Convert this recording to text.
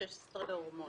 16 להורמונים.